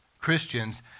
christians